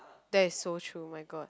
that's so true my god